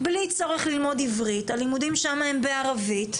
בלי צורך ללמוד עברית, הלימודים שם הם בערבית.